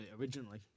originally